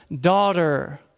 daughter